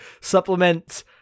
supplement